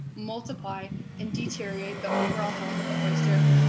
multiply and deteriorate the overall health of the oyster,